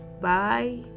bye